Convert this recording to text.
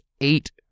eight